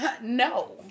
no